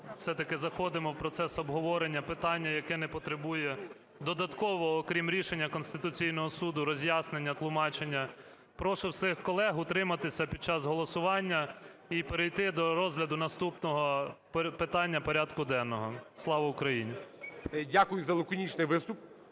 все-таки заходимо в процес обговорення питання, яке не потребує додаткового, окрім рішення Конституційного Суду, роз'яснення, тлумачення. Прошу всіх колег утриматися під час голосування і перейти до розгляду наступного питання порядку денного. Слава Україні! ГОЛОВУЮЧИЙ. Дякую за лаконічний виступ.